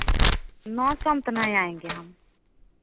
नौ सौ में तो नहीं आएँगे हम